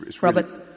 Roberts